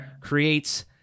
creates